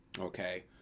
okay